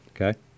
Okay